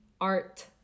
art